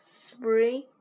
Spring